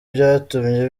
byatumye